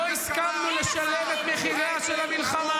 עשרות שנים לא הסכמנו לשלם את מחיריה של המלחמה.